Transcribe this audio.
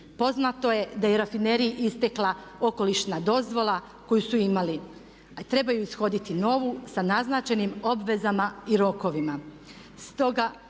Poznato je da je i rafineriji istekla okolišna dozvola koju su imali a trebaju ishoditi novu sa naznačenim obvezama i rokovima.